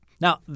Now